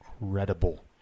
incredible